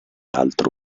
altro